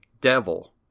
devil